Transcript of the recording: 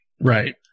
Right